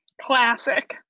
Classic